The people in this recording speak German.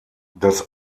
das